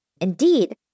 Indeed